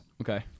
Okay